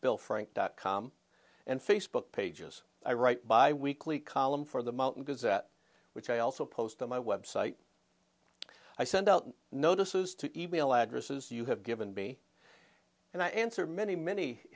bill frank dot com and facebook pages i write bi weekly column for the mountain gazette which i also post on my website i send out notices to e mail addresses you have given me and i answer many many